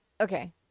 Okay